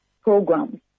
programs